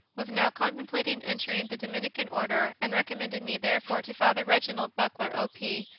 was now contemplating entering the do minican order, and recommended me, therefore, to father reginald buckler, o p,